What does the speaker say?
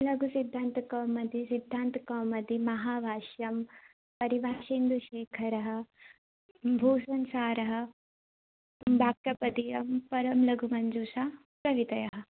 लघुसिद्धान्तकौमुदी सिद्धान्तकौमुदी महाभाष्यं परिभाषेन्दुशेखरः भूषणसारः वाक्यपदीयं परमलघुमञ्जूषा सहितः